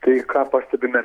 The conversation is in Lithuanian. tai ką pastebime